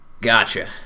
Gotcha